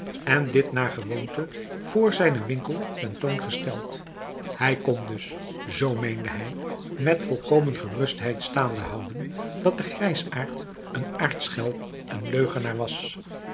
en dit naar gewoonte vr zijnen winkel ten toon gesteld hij kon dus zoo meende hij met volkomen gerustheid staande houden dat de grijsaard een aartsschelm en leugenaar was